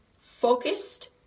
focused